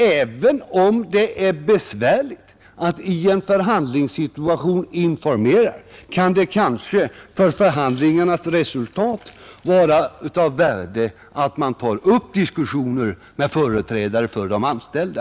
Även om det är besvärligt att informera i en viss förhandlingssituation, kan det kanske för förhandlingarnas resultat vara av värde att man tar upp diskussioner med företrädare för de anställda.